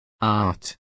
art